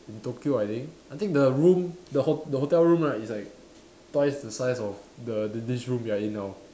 in Tokyo I think I think the room the ho~ the hotel room right is like twice the size of the thi~ this room we are in now